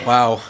Wow